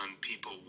people